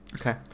Okay